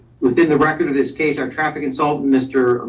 within the record of this case, our traffic consultant, mr.